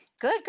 good